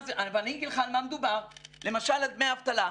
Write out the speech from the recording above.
אני אגיד לך על מה מדובר, למשל על דמי אבטלה.